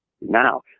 now